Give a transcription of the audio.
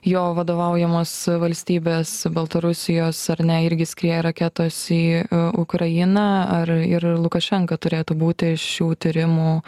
jo vadovaujamos valstybės baltarusijos ar ne irgi skrieja raketos į ukrainą ar ir lukašenka turėtų būti šių tyrimų